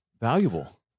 valuable